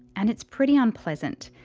and it's pretty unpleasant.